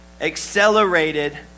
Accelerated